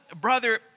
brother